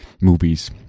movies